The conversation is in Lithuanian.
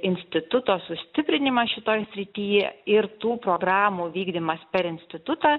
instituto sustiprinimas šitoj srity ir tų programų vykdymas per institutą